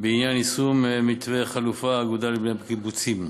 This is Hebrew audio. בעניין יישום מתווה חלופת האגודה לבנייה בקיבוצים.